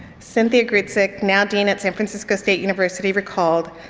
cynthia grutzik, now dean at san francisco state university recalled,